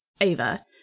Ava